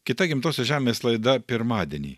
kita gimtosios žemės laida pirmadienį